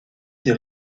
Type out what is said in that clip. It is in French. des